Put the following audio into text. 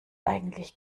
eigentlich